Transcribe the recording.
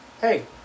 Hey